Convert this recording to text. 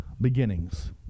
beginnings